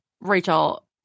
Rachel